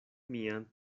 mian